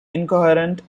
incoherent